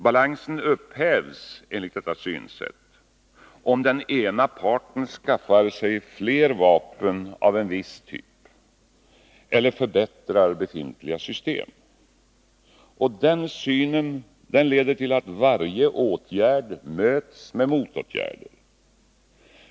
Balansen upphävs, enligt detta synsätt, om den ena parten skaffar sig fler vapen av en viss typ eller förbättrar befintliga system. Den synen leder till att varje åtgärd möts med motåtgärder.